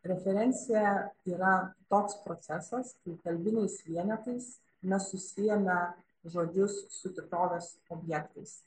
referencija yra toks procesas kai kalbiniais vienetais mes susiejame žodžius su tikrovės objektais